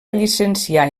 llicenciar